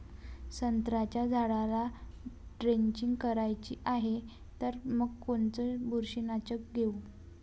संत्र्याच्या झाडाला द्रेंचींग करायची हाये तर मग कोनच बुरशीनाशक घेऊ?